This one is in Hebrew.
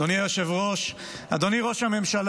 אדוני היושב-ראש, אדוני ראש הממשלה,